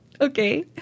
Okay